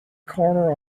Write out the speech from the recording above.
corner